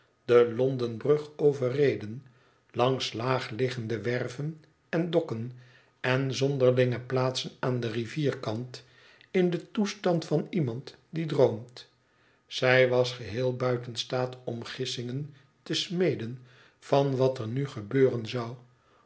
de londen brug overreden langs laag liggende werven en dokken en zonderlinge plaatsen aan den rivierkant in den toestand van iemand die droomt zij was geheel buiten staat omgissingen te smeden van wat er nu gebeuren zou